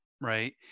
right